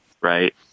right